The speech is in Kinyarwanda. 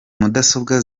mudasobwa